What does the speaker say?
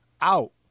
out